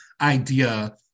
idea